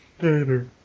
Later